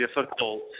difficult –